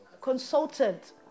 consultant